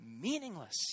meaningless